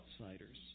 outsiders